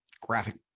Graphic